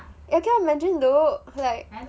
I cannot imagine though like